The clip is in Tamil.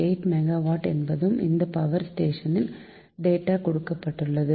8 மெகாவாட் என்பதாக இந்த பவர் ஸ்டேஷன் டேட்டா கொடுக்கப்பட்டுள்ளது